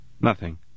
Nothing